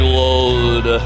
load